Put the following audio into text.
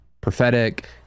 prophetic